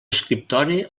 escriptori